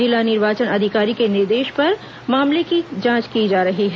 जिला निर्वाचन अधिकारी के निर्देश पर मामले की जांच की जा रही है